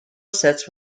sets